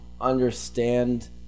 understand